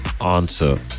answer